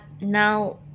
now